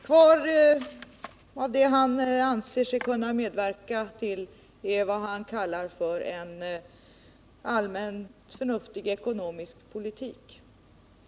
Kvar av det han anser sig kunna medverka till är vad han kallar för en allmänt förnuftig ekonomisk politik.